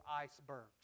icebergs